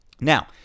Now